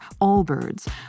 Allbirds